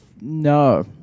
No